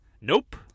Nope